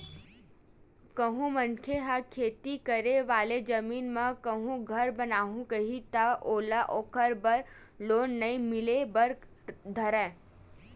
कहूँ मनखे ह खेती करे वाले जमीन म कहूँ घर बनाहूँ कइही ता ओला ओखर बर लोन नइ मिले बर धरय